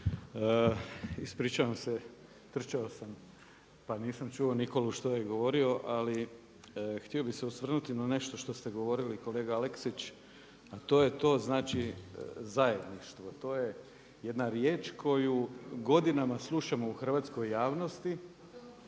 Ispričavam se, trčao sam, pa nisam čuo Nikolu što je govorio. Ali htio bih se osvrnuti na nešto što ste govorili kolega Aleksić, a to je to, znači zajedništvo. To je jedna riječ koju godinama slušamo u hrvatskoj javnosti,